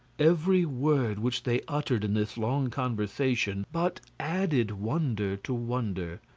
every word which they uttered in this long conversation but added wonder to wonder.